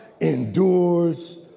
endures